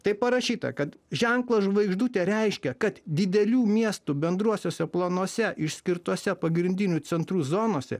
taip parašyta kad ženklo žvaigždutė reiškia kad didelių miestų bendruosiuose planuose išskirtuose pagrindinių centrų zonose